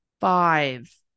five